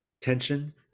tension